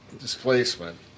displacement